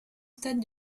stade